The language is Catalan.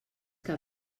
que